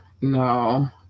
No